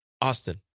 Austin